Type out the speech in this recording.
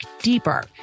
deeper